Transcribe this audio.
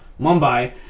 Mumbai